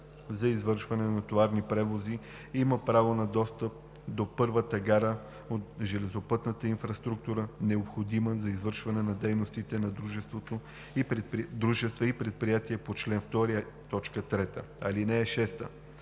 за извършване на товарни превози, има право на достъп до първата гара от железопътната инфраструктура, необходима за извършване на дейностите на дружества и предприятия по чл. 2, т.